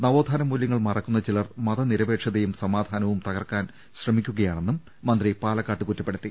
നവോത്ഥാന മൂല്യ ങ്ങൾ മറക്കുന്ന ചിലർ മത നിരപേക്ഷതയും സമാധാനവും തകർക്കാൻ ശ്രമി ക്കുകയാണെന്നും മന്ത്രി പാലക്കാട് കുറ്റപ്പെടുത്തി